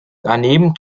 daneben